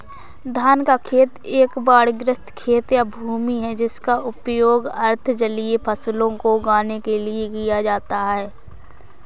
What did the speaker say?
धान का खेत एक बाढ़ग्रस्त खेत या भूमि है जिसका उपयोग अर्ध जलीय फसलों को उगाने के लिए किया जाता है